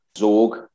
zorg